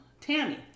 Tammy